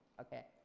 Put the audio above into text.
okay,